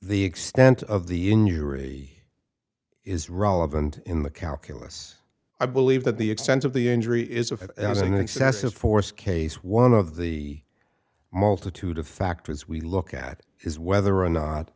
the extent of the in you really is relevant in the calculus i believe that the extent of the injury is a has an excessive force case one of the multitude of factors we look at is whether or not